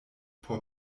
por